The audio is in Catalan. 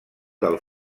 del